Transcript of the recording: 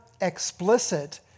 explicit